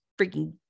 freaking